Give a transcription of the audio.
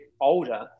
older